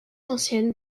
ancienne